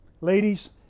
Ladies